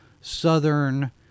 southern